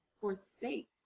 forsake